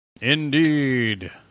Indeed